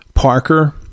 Parker